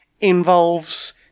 involves